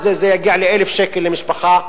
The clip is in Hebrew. זה יגיע ל-1,000 שקל למשפחה,